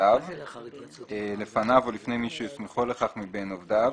טענותיו לפניו או לפני מי שהוא הסמיכו לכך מבין עובדיו,